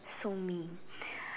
so mean